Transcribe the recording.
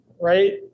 right